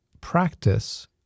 practice